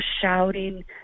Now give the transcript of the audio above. shouting